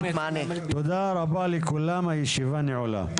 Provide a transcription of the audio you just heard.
תודה רבה לכולם, הישיבה נעולה.